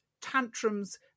tantrums